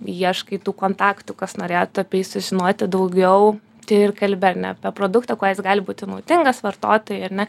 ieškai tų kontaktų kas norėtų apie jį sužinoti daugiau tai ir kalbi ar ne apie produktą kuo jis gali būti naudingas vartotojui ar ne